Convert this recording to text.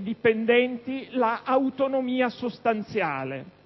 dipendenti l'autonomia sostanziale.